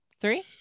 Three